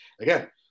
Again